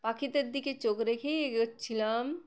পাখিদের দিকে চোখ রেখেই এগোচ্ছিলাম